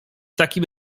takim